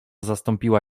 zastąpiła